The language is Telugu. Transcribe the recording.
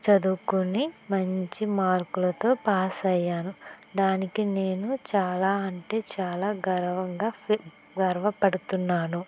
చదువుకొని మంచి మార్కులతో పాస్ అయ్యాను దానికి నేను చాలా అంటే చాలా గర్వంగా గర్వపడుతున్నాను